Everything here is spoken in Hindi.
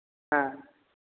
हाँ